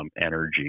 energy